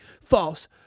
false